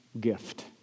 gift